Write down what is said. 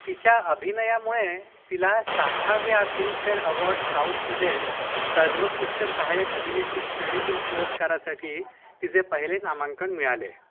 तिच्या अभिनयामुळे तिला साठाव्या फिल्मफेअर अवॉर्ड साऊथमध्ये सर्वोत्कृष्ट सहायक अभिनेत्री श्रेणीतील पुरस्कारासाठी तिचे पहिले नामांकन मिळाले